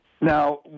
Now